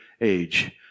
age